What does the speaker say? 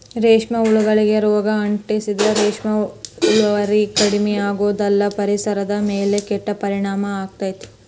ರೇಷ್ಮೆ ಹುಳಗಳಿಗೆ ರೋಗ ಅಂಟಿದ್ರ ರೇಷ್ಮೆ ಇಳುವರಿ ಕಡಿಮಿಯಾಗೋದಲ್ದ ಪರಿಸರದ ಮೇಲೂ ಕೆಟ್ಟ ಪರಿಣಾಮ ಆಗ್ತೇತಿ